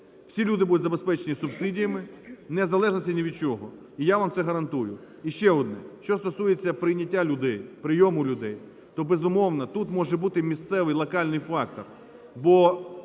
Всі люди будуть забезпечені субсидіями не в залежності ні від чого. І я вам це гарантую. І ще одне, що стосується прийняття людей, прийому людей, то, безумовно, тут може бути місцевий локальний фактор,